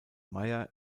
meyer